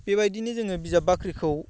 बेबायदिनो जोङो बिजाब बाख्रिखौ